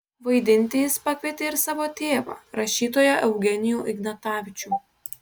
vaidinti jis pakvietė ir savo tėvą rašytoją eugenijų ignatavičių